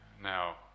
Now